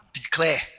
declare